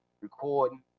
recording